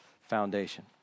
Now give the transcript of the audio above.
foundation